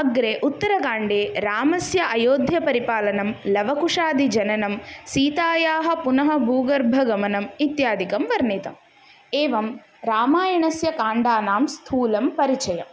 अग्रे उत्तरकाण्डे रामस्य अयोध्यापरिपालनं लवकुशादि जननं सीतायाः पुनः भूगर्भगमनम् इत्यादिकं वर्णितम् एवं रामायणस्य काण्डाणां स्थूलं परिचयम्